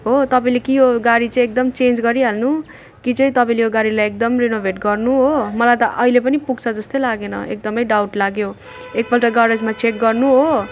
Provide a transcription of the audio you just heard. हो तपाईँले कि यो गाडी चाहिँ एकदम चेन्ज गरिहाल्नु कि चाहिँ तपाईँले यो गाडीलाई एकदम रिनेभट गर्नु हो मलाई त अहिले पनि पुग्छ जस्तो लागेन एकदम डाउट लाग्यो एक पल्ट ग्यारेजमा चेक गर्नु हो